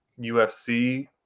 UFC